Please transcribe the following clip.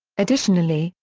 additionally,